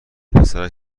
پسرش